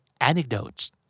anecdotes